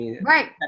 Right